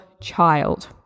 child